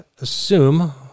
assume